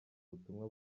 ubutumwa